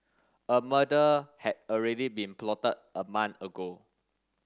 a murder had already been plotted a month ago